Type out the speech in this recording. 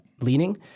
leaning